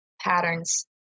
patterns